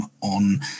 on